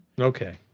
Okay